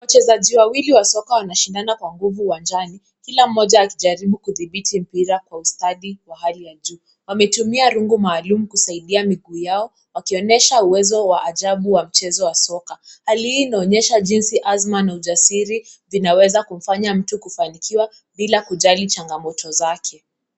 Wachezaji wawili wa soka wanashindana kwa nguvu uwanjani, kila mmoja akijaribu kidhibithi mpira kwa ustadi wa hali ya juu. Wametumia rungu maalum kusaidia miguu yao, wakionyesha uwezo wa ajabu wa kucheza mchezo soka. Hali hii inaonyesha jinsi asima na ujasiri zinaweza kumfanya mtu na kufanikiwa bila kujali changamoto zake.